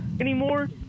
anymore